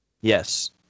Yes